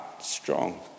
strong